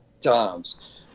times